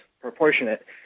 proportionate